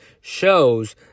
shows